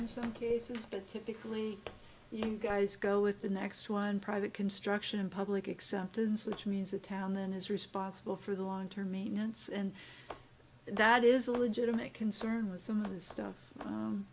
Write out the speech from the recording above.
in some cases but typically you guys go with the next one private construction and public acceptance which means the town then is responsible for the long term maintenance and that is a legitimate concern with some of the stuff